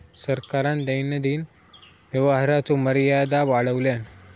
सरकारान दैनंदिन व्यवहाराचो मर्यादा वाढवल्यान